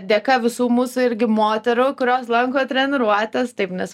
dėka visų mūsų irgi moterų kurios lanko treniruotes taip nes